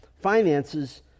finances